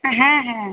হ্যাঁ হ্যাঁ